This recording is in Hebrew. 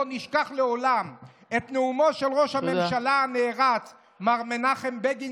לא נשכח לעולם את נאומו של ראש הממשלה הנערץ מר מנחם בגין,